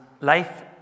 life